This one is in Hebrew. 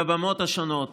בבמות השונות,